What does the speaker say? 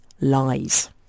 lies